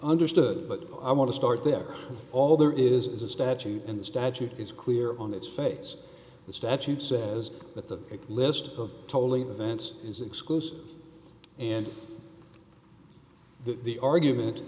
understood but i want to start there all there is a statute and the statute is clear on its face the statute says that the list of totally events is exclusive and the argument